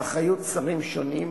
באחריות שרים שונים,